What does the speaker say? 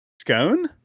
Scone